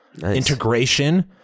Integration